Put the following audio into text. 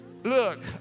Look